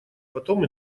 потом